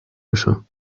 uso